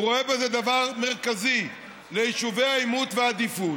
הוא רואה בזה דבר מרכזי ליישובי העימות והעדיפות,